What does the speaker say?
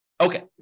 Okay